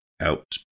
out